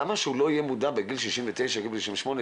למה שהוא לא יהיה מודע מגיל 69 או מגיל 68,